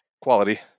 quality